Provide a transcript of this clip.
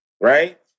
right